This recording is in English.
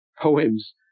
poems